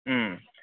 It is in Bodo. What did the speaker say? ओम